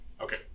Okay